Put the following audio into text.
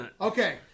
Okay